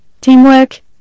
teamwork